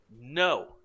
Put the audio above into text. No